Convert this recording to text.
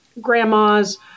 grandmas